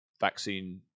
vaccine